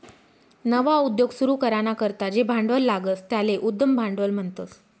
नवा उद्योग सुरू कराना करता जे भांडवल लागस त्याले उद्यम भांडवल म्हणतस